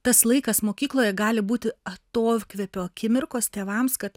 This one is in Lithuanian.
tas laikas mokykloje gali būti atokvėpio akimirkos tėvams kad